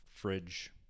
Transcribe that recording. fridge